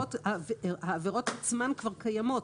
העבירות עצמן כבר קיימות.